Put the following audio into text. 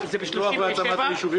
למי.